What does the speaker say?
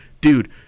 dude